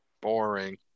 boring